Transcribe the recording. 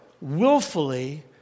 willfully